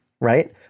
Right